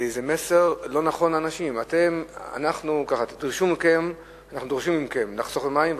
זה איזה מסר לא נכון לאנשים: אנחנו דורשים מכם לחסוך במים,